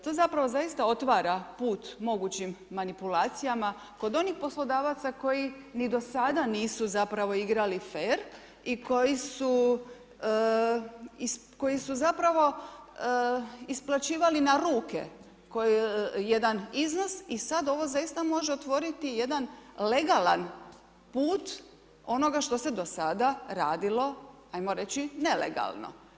To zapravo zaista otvara put mogućim manipulacijama kod onih poslodavaca koji ni do sada nisu zapravo igrali fer, i koji su zapravo isplaćivali na ruke jedan iznos i sad ovo zaista može otvoriti jedan legalan put onoga što se do sada radilo ajmo reći nelegalno.